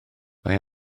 mae